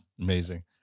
Amazing